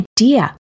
idea